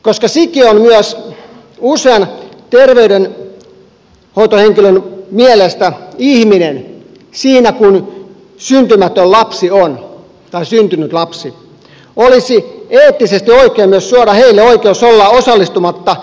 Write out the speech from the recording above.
koska sikiö on myös usean terveydenhoitohenkilön mielestä ihminen siinä kuin syntynyt lapsi on olisi eettisesti oikein myös suoda heille oikeus olla osallistumatta raskaudenkeskeytykseen